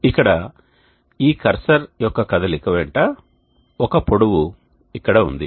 ఇక్కడ ఈ కర్సర్ యొక్క కదలిక వెంట ఒక పొడవు ఇక్కడ ఉంది